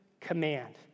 command